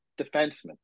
defenseman